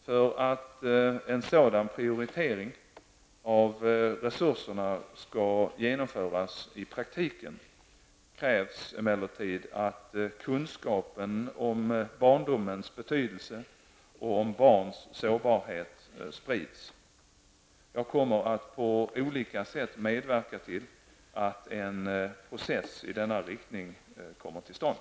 För att en sådan prioritering av resurserna skall genomföras i praktiken, krävs emellertid att kunskapen om barndomens betydelse och om barns sårbarhet sprids. Jag kommer att på olika sätt medverka till att en process i denna riktning kommer till stånd.